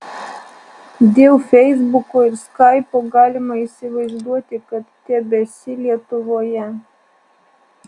dėl feisbuko ir skaipo galima įsivaizduoti kad tebesi lietuvoje